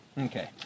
Okay